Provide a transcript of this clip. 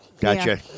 Gotcha